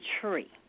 tree